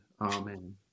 Amen